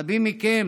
רבים מכם